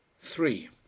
Three